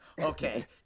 Okay